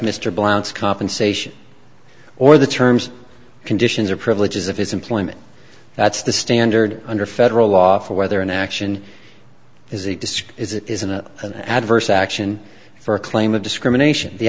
mr blount's compensation or the terms conditions or privileges of his employment that's the standard under federal law for whether an action is a disk is it is an adverse action for a claim of discrimination the